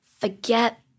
forget